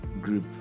Group